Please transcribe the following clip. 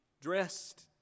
dressed